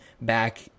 back